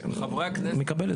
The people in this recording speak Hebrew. אני מקבל את זה.